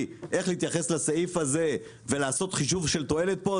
איך להתייחס לסעיף הזה ולעשות חישוב של תועלת פה,